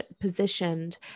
positioned